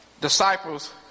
disciples